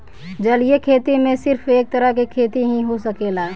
जलीय खेती में सिर्फ एक तरह के खेती ही हो सकेला